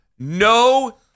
No